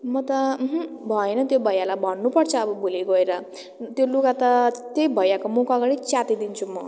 म त भएन त्यो भैयालाई भन्नु पर्छ अब भोलि गएर त्यो लुगा त त्यही भैयाको मुखको अगाडि च्यातिदिन्छु म